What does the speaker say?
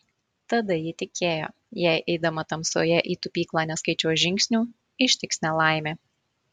tada ji tikėjo jei eidama tamsoje į tupyklą neskaičiuos žingsnių ištiks nelaimė